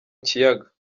kiyaga